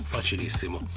Facilissimo